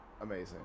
Amazing